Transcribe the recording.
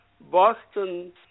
Boston